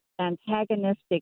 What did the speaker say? antagonistic